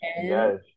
yes